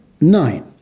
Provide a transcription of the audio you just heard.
nine